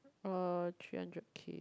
uh three hundred K